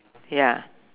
ya